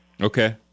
Okay